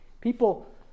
People